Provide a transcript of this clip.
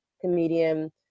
comedian